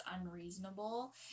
unreasonable